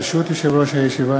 ברשות יושב-ראש הישיבה,